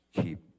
keep